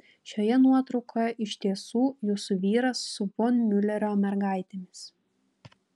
šioje nuotraukoje iš tiesų jūsų vyras su von miulerio mergaitėmis